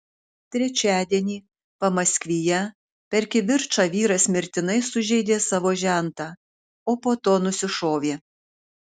trečiadienį pamaskvyje per kivirčą vyras mirtinai sužeidė savo žentą o po to nusišovė